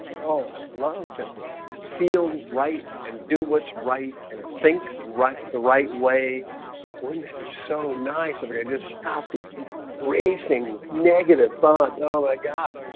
oh, i would love to feel right and do what's right and think right the right way wouldn't it be so nice over there? just stop these racing negative thoughts. oh my god